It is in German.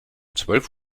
zwölf